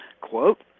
quote